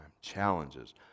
challenges